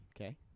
Okay